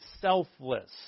selfless